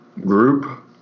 group